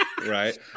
Right